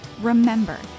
Remember